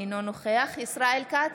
אינו נוכח ישראל כץ,